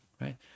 right